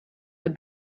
the